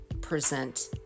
present